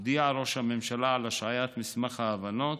הודיע ראש הממשלה על השעיית מסמך ההבנות,